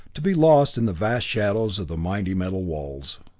to be lost in the vast shadows of the mighty metal walls.